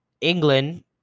England